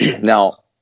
Now